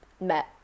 met